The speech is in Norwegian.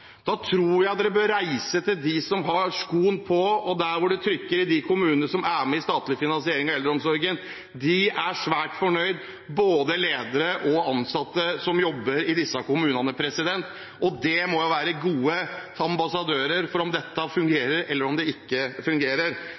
Da tror jeg dere bør reise til dem som har skoen på, og der hvor det trykker i de kommunene som er med i en statlig finansiering av eldreomsorgen. Både ledere og ansatte som jobber i disse kommunene, er svært fornøyde – og de må jo være gode ambassadører for om dette fungerer eller ikke.